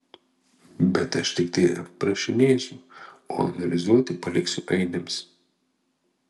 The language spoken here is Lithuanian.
bet aš tiktai aprašinėsiu o analizuoti paliksiu ainiams